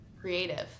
creative